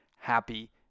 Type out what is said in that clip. happy